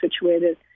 situated